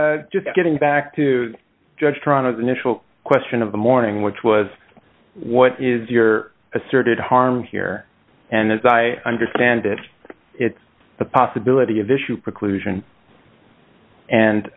i'm just getting back to judge tronics initial question of the morning which was what is your asserted harm here and as i understand it it's the possibility of issue preclusion and